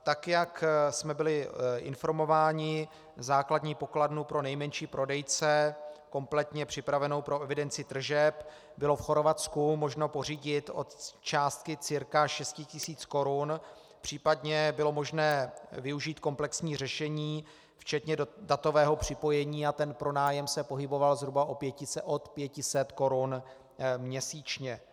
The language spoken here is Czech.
Tak jak jsme byli informováni, základní pokladnu pro nejmenší prodejce kompletně připravenou pro evidenci tržeb bylo v Chorvatsku možno pořídit od částky cca 6 tis. korun, případně bylo možné využít komplexní řešení včetně datového připojení a pronájem se pohyboval zhruba od 500 korun měsíčně.